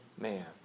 man